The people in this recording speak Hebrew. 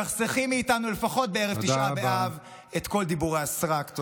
תחסכי מאיתנו לפחות בערב תשעה באב את כל דיבורי הסרק.